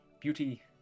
beauty